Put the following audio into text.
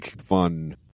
fun